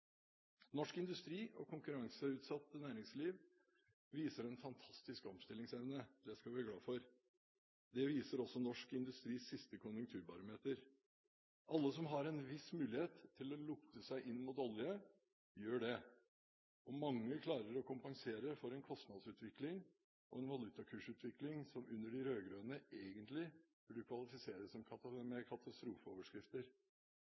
Norsk industri og konkurranseutsatt næringsliv viser en fantastisk omstillingsevne, og det skal vi være glad for. Det viser også norsk industris siste konjunkturbarometer. Alle som har en viss mulighet til å lukte seg inn mot olje, gjør det, og mange klarer å kompensere for en kostnadsutvikling og en valutakursutvikling som under de rød-grønne egentlig burde kvalifisere